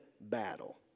Battle